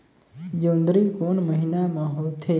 जोंदरी कोन महीना म होथे?